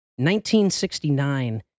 1969